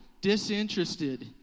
disinterested